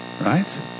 Right